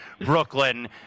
Brooklyn